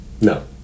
No